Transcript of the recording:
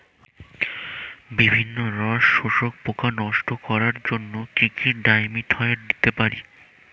বিভিন্ন রস শোষক পোকা নষ্ট করার জন্য কি ডাইমিথোয়েট দিতে পারি?